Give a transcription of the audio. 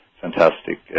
fantastic